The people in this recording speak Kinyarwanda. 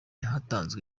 hatanzwe